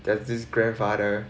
there's this grandfather